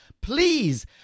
Please